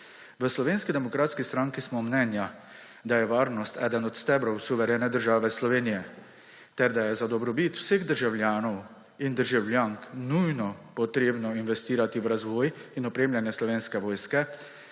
V Slovenski demokratski stranki smo mnenja, da je varnost eden od stebrov suverene države Slovenije ter da je za dobrobit vseh državljanov in državljank nujno potrebno investirati v razvoj in opremljanje Slovenske vojske,